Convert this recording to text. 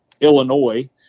Illinois